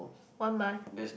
one month